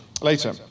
later